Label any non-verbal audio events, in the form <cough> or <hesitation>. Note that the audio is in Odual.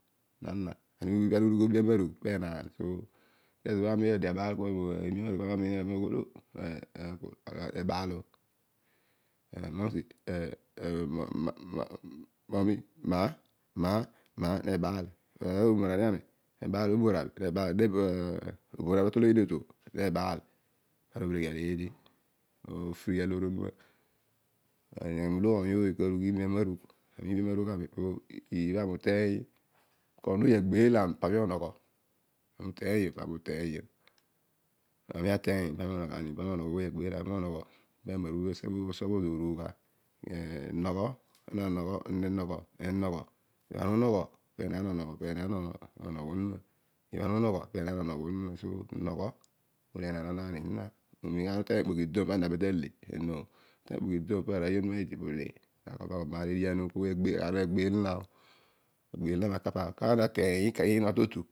Ibha ana urugh oobi amaragh penaan ezo bha mi bha adio abaal kua aami umiin ooy ne ebaal o <hesitation> maa nebaal. umar ani ami nebaal. obobho ana netol oyiin otuobho nebaal <unintelligible> pana obheleghian eedi ofnee aloor onuma. Aneghe molo oiy ooy karugh iibi anaarugh. iibi amarugh ami pibha ami uteiy ouon oiy agbeel zami paami onogho. ami uteiyio pami uteiyio. Ami ateiy pami onogho. ooy agbeel zami pami ouogho. po amarugh lo urup pose orugh gha. enogho <unintelligible> ibha ana unogho penaan onogho onuma. Nogho penaan onoghoni onuma. ibha ana uteiy ikpoki dodon pana benaan tale noi aroiy onuma idi mole <unintelligible> edian o po oiyo aar lagbeel zina o agbeel zina ma kapa kana ateiy ikenya to tu